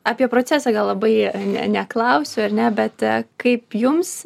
apie procesą gal labai ne neklausiu ar ne bet a kaip jums